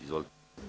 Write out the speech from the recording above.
Izvolite.